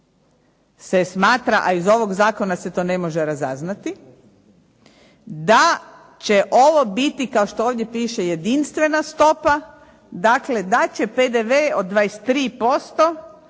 se smatra, a iz ovog zakona se to ne može razaznati, da će ovo biti kao što ovdje pište jedinstvena stopa, dakle da će PDV od 23%